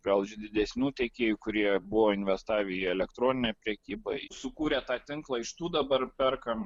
gal iš didesnių tiekėjų kurie buvo investavę į elektroninę prekybą sukūrė tą tinklą iš tų dabar perkam